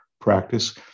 practice